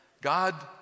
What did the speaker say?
God